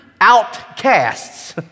outcasts